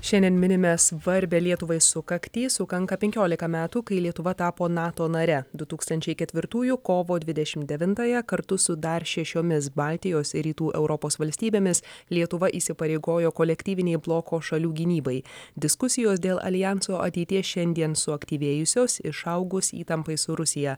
šiandien minime svarbią lietuvai sukaktį sukanka penkiolika metų kai lietuva tapo nato nare du tūkstančiai ketvirtųjų kovo dvidešim devintąją kartu su dar šešiomis baltijos ir rytų europos valstybėmis lietuva įsipareigojo kolektyvinei bloko šalių gynybai diskusijos dėl aljanso ateities šiandien suaktyvėjusios išaugus įtampai su rusija